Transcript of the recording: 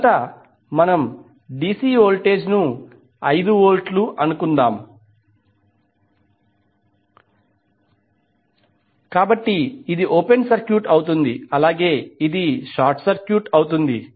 మొదట మనం dc voltage 5V ను తీసుకుందాం కాబట్టి ఇది ఓపెన్ సర్క్యూట్ అవుతుందిఅలాగే ఇది షార్ట్ సర్క్యూట్ అవుతుంది